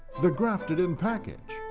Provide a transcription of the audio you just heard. the grafted-in package,